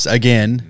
again